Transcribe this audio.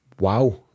Wow